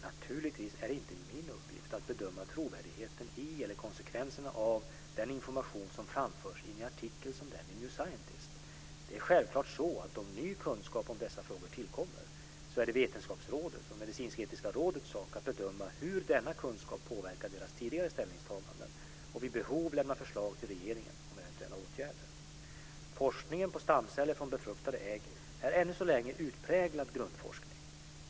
Naturligtvis är det inte min uppgift att bedöma trovärdigheten i eller konsekvenserna av den information som framförs i en artikel som den i New Scientist. Det självklart så, att om ny kunskap om dessa frågor tillkommer är det Vetenskapsrådets och Medicinsk-etiska rådets sak att bedöma hur denna kunskap påverkar deras tidigare ställningstaganden och vid behov lämna förslag till regeringen om eventuella åtgärder. Forskningen på stamceller från befruktade ägg är ännu så länge utpräglad grundforskning.